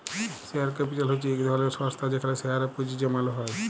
share capital হছে ইক ধরলের সংস্থা যেখালে শেয়ারে পুঁজি জ্যমালো হ্যয়